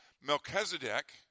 Melchizedek